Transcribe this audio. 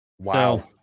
Wow